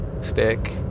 stick